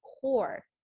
core